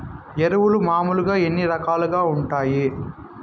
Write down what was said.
ఎరువులు మామూలుగా ఎన్ని రకాలుగా వుంటాయి?